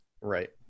right